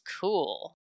cool